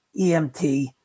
EMT